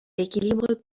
l’équilibre